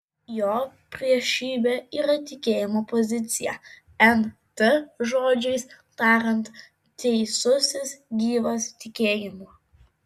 jo priešybė yra tikėjimo pozicija nt žodžiais tariant teisusis gyvas tikėjimu